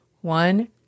One